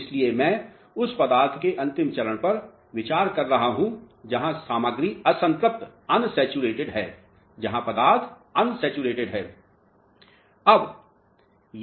इसलिए मैं उस पदार्थ के अंतिम चरण पर विचार कर रहा हूं जहां पदार्थ असंतृप्त है